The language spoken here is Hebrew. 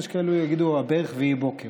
ויש כאלה שיגידו "הברך" ו"ויהי בוקר".